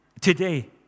Today